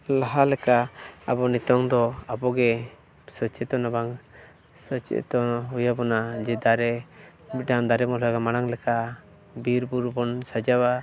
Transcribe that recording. ᱞᱟᱦᱟ ᱞᱮᱠᱟ ᱟᱵᱚ ᱱᱤᱛᱳᱜ ᱫᱚ ᱟᱵᱚᱜᱮ ᱥᱚᱪᱮᱛᱚᱱ ᱫᱚ ᱵᱟᱝ ᱥᱚᱪᱮᱛᱚᱱ ᱦᱩᱭ ᱟᱵᱚᱱᱟ ᱡᱮ ᱫᱟᱨᱮ ᱢᱤᱫᱴᱟᱝ ᱫᱟᱨᱮ ᱵᱚᱱ ᱨᱚᱦᱚᱭᱟ ᱢᱟᱲᱟᱝ ᱞᱮᱠᱟ ᱵᱤᱨᱼᱵᱩᱨᱩ ᱵᱚᱱ ᱥᱟᱡᱟᱣᱟ